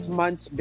months